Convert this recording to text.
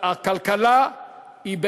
הכלכלה היא,